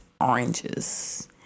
oranges